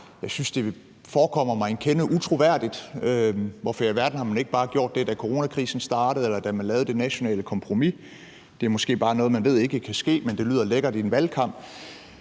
Jeg synes, det forekommer mig en kende utroværdigt. Hvorfor i alverden har hun ikke bare gjort det, da coronakrisen startede, eller da man lavede det nationale kompromis? Det er måske bare noget, man ved ikke kan ske, men som lyder lækkert i en valgkamp.